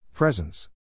Presence